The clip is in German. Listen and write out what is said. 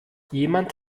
jemand